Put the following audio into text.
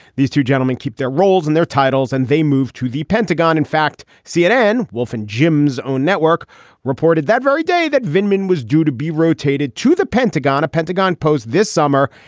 these two gentlemen keep their roles and their titles and they move to the pentagon. in fact, cnn, wolf, in jim's own network reported that very day that venkman was due to be rotated to the pentagon, a pentagon post this summer.